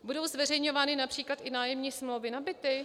Budou zveřejňovány například i nájemní smlouvy na byty?